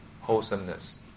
wholesomeness